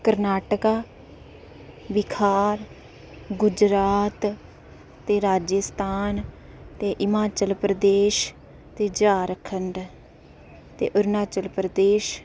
कर्नाटक बिहार गुजरात ते राजस्थान ते हिमाचल प्रदेश ते झारखंड ते अरूणाचल प्रदेश